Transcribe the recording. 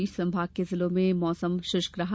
शेष संभाग के जिलों में मौसम शृष्क रहा